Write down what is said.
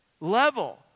level